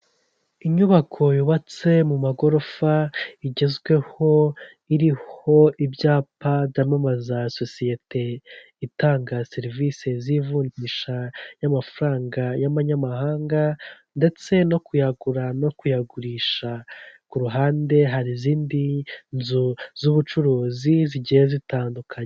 Inyubako yubatse mu magorofa igezweho iriho ibyapa byamamaza sosiyete itanga serivisi z'ivunjisha y'amafaranga y'amanyamahanga ndetse no kuyagura no kuyagurisha, ku ruhande hari izindi nzu z'ubucuruzi zigiye zitandukanye.